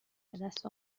بدست